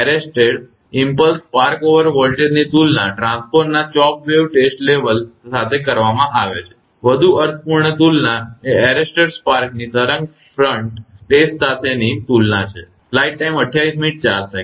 arrested impulse spark over વોલ્ટેજની તુલના ટ્રાન્સફોર્મરના ચોપડ્ વેવ ટેસ્ટ લેવલ સાથે કરવામાં આવે છે વધુ અર્થપૂર્ણ તુલના એ એરેસ્ટેડ સ્પાર્કની તરંગ ફ્રન્ટ ટેસ્ટ સાથેની તુલના હોઇ શકે